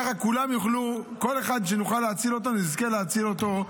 כל אחד שנוכל להציל אותו, נזכה להציל אותו.